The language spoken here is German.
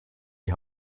die